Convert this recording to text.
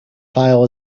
file